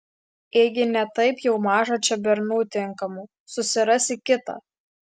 ėgi ne taip jau maža čia bernų tinkamų susirasi kitą